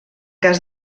cas